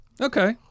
Okay